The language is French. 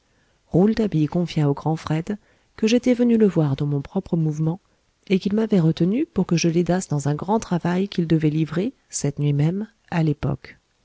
rouletabille confia au grand fred que j'étais venu le voir de mon propre mouvement et qu'il m'avait retenu pour que je l'aidasse dans un grand travail qu'il devait livrer cette nuit même à l'époque